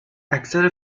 اکثر